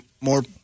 more